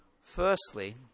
Firstly